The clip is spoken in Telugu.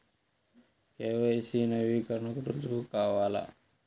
కే.వై.సి నవీకరణకి రుజువు కావాలా?